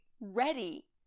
ready